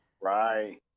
right